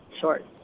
short